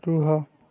ରୁହ